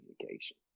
communication